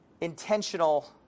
intentional